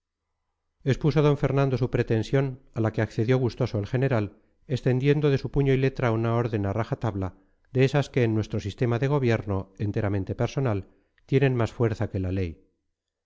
expuso d fernando su pretensión a la que accedió gustoso el general extendiendo de su puño y letra una orden a raja tabla de esas que en nuestro sistema de gobierno enteramente personal tienen más fuerza que la ley